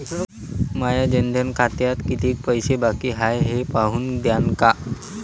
माया जनधन खात्यात कितीक पैसे बाकी हाय हे पाहून द्यान का?